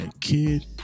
kid